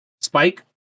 spike